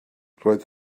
roedd